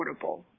affordable